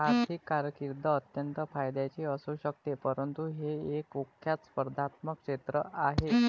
आर्थिक कारकीर्द अत्यंत फायद्याची असू शकते परंतु हे एक कुख्यात स्पर्धात्मक क्षेत्र आहे